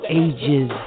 ages